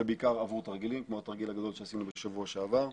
זה בעיקר עבור תרגילים כמו התרגיל הגדול שעשינו בשבוע שעבר.